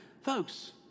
Folks